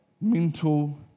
mental